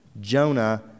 Jonah